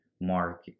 Mark